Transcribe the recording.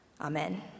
Amen